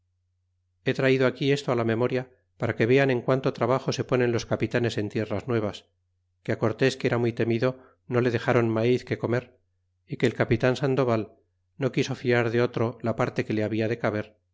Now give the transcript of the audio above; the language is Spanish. he traido aquí esto la memoria para que vean en cuanto trabajo se ponen los capitanes en tierras nuevas que cortés que era muy temido no le dexron maiz que comer y que el capitan sandoval no quiso fiar de otro la parte que le había de caber